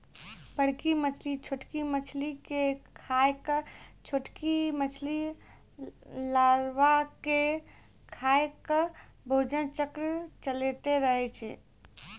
बड़की मछली छोटकी मछली के खाय के, छोटकी मछली लारवा के खाय के भोजन चक्र चलैतें रहै छै